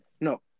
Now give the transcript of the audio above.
No